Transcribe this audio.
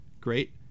great